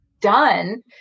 done